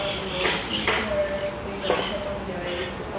um you know what shoes to wear so you don't slip on the ice.